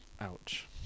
ouch